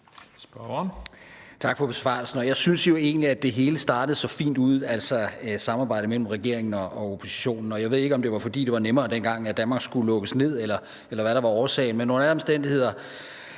egentlig, at det hele startede så fint ud, altså samarbejdet mellem regeringen og oppositionen, og jeg ved ikke, om det var, fordi det var nemmere, dengang Danmark skulle lukkes ned, eller hvad der var årsagen,